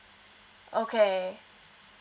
okay